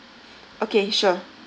okay sure